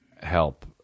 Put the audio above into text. help